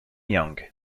young